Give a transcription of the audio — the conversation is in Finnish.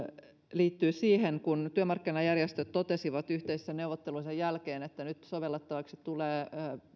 liittyy siihen kun työmarkkinajärjestöt totesivat yhteisten neuvottelujensa jälkeen että nyt sovellettavaksi tulee